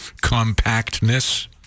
compactness